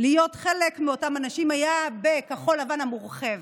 להיות חלק מאותם אנשים, היה בכחול לבן המורחבת.